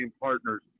partners